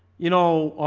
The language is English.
you know